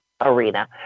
arena